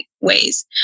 ways